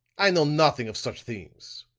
i know nothing of such things,